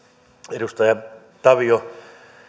edustaja tavio